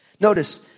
Notice